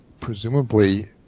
presumably